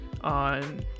on